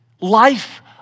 Life